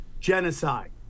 genocide